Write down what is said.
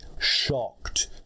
shocked